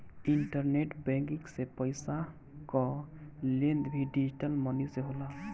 internet banking से पईसा कअ लेन देन भी डिजटल मनी से होला